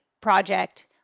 project